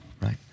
right